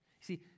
See